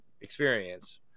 experience